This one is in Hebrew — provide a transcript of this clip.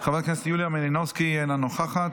חברת הכנסת יוליה מלינובסקי, אינה נוכחת,